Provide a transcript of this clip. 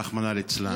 רחמנא ליצלן.